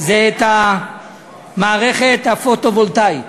את המערכת הפוטו-וולטאית.